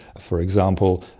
for example,